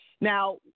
Now